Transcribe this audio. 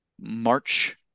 March